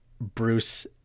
Bruce